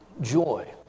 Joy